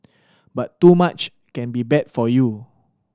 but too much can be bad for you